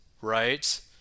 right